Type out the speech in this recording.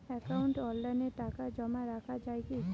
একাউন্টে অনলাইনে টাকা জমা রাখা য়ায় কি?